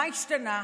מה השתנה?